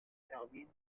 termine